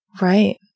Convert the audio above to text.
Right